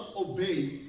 obey